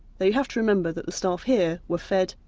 though you have to remember that the staff here were fed,